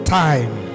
time